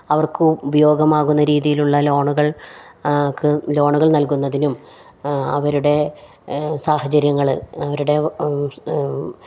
അവർക്ക് ഉപയോഗമാകുന്ന രീതിയിലുള്ള ലോണുകൾക്ക് ലോണുകൾ നൽകുന്നതിനും അവരുടെ സാഹചര്യങ്ങൾ അവരുടെ